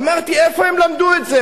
אמרתי: איפה הם למדו את זה?